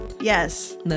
yes